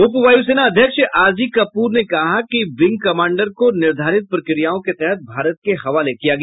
उपवायुसेना अध्यक्ष R G Cooper ने कहा कि विंग कमांडर को निर्धारित प्रकियाओँ के तहत भारत के हवाले किया गया